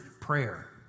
prayer